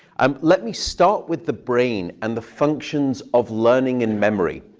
um let me start with the brain and the functions of learning and memory.